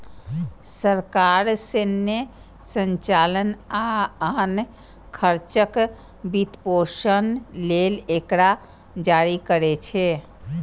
सरकार सैन्य संचालन आ आन खर्चक वित्तपोषण लेल एकरा जारी करै छै